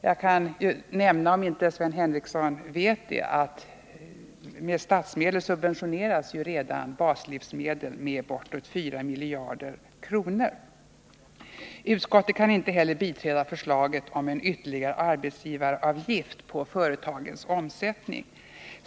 Jag kan, om inte Sven Henricsson vet det, nämna att vi med statsmedel redan subventionerar baslivsmedel med bortåt 4 miljarder kronor. Utskottet kan inte heller biträda förslaget om en ytterligare arbetsgivaravgift på företagens omsättning.